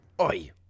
Oi